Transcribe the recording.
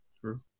True